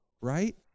right